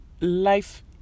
life